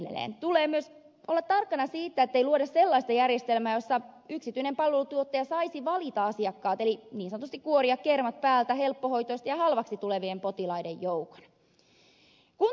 tulee myös olla tarkkana siitä ettei luoda sellaista järjestelmää jossa yksityinen palveluntuottaja saisi valita asiakkaat eli niin sanotusti kuoria kermat päältä helppohoitoisten ja halvaksi tulevien potilaiden joukon